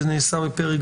זה נעשה בפרק